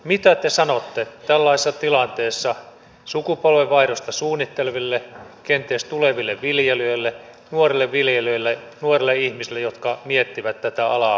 mitä te sanotte tällaisessa tilanteessa sukupolvenvaihdosta suunnitteleville kenties tuleville viljelijöille nuorille viljelijöille nuorille ihmisille jotka miettivät tätä alaa omaksi ammatikseen